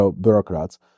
bureaucrats